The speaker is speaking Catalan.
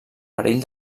perill